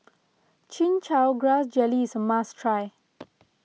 Chin Chow Grass Jelly is a must try